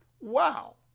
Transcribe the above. Wow